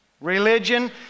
Religion